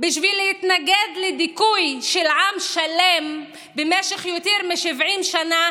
בשביל להתנגד לדיכוי של עם שלם במשך יותר מ-70 שנה,